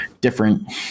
different